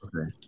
Okay